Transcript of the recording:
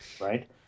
right